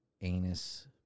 anus